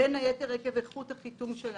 בין היתר עקב איכות החיתום של האשראי.